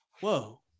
Whoa